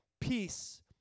peace